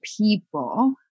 people